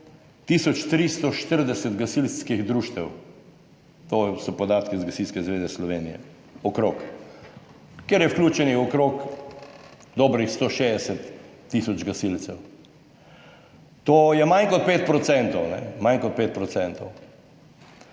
340 gasilskih društev, to so podatki iz Gasilske zveze Slovenije, okrog, ker je vključenih okrog dobrih 160 tisoč gasilcev. To je manj kot 5 %, manj kot 5